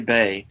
Bay